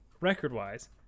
record-wise